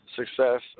success